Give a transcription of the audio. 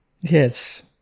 Yes